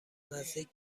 نزدیک